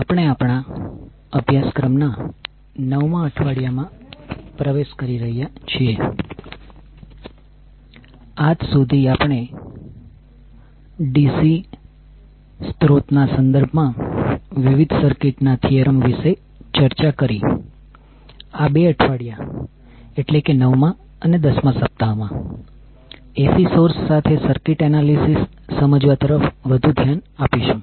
આપણે આપણા અભ્યાસક્રમના નવમા અઠવાડિયામાં પ્રવેશ કરી રહ્યા છીએ આજ સુધી આપણે DC સ્રોતના સંદર્ભમાં વિવિધ સર્કિટ ના થીયરમ વિશે ચર્ચા કરી આ 2 અઠવાડિયા એટલે કે નવમાં અને દસમાં સપ્તાહમાં AC સોર્સ સાથે સર્કિટ એનાલિસિસ સમજવા તરફ વધુ ધ્યાન આપીશું